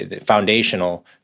foundational